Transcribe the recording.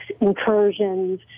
incursions